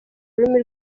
rurimi